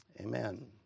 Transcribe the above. Amen